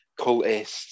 cultists